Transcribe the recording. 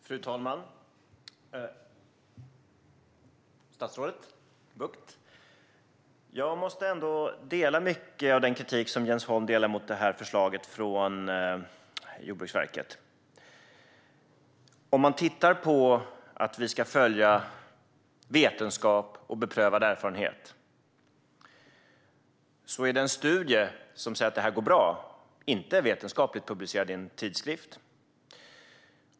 Fru talman! Statsrådet Bucht! Jag delar mycket av den kritik som Jens Holm framför mot förslaget från Jordbruksverket. Vi ska följa vetenskap och beprövad erfarenhet, men den studie som säger att detta går bra är inte publicerad i någon vetenskaplig tidskrift.